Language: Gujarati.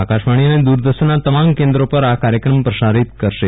આકાશવાણી અને દૂરદર્શનના તમામ કેન્દ્રો પર આ કાર્યક્રમ પ્રસારીત કરશે